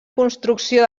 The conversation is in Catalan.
construcció